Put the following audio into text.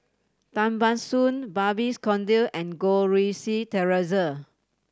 Tan Ban Soon Babes Conde and Goh Rui Si Theresa